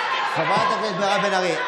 חברת הכנסת מירב בן ארי,